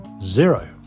zero